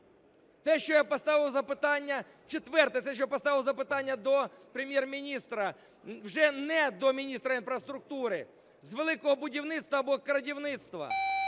те, що я поставив запитання до Прем'єр-міністра, вже не до міністра інфраструктури, з "Великого будівництва", або "крадівництва".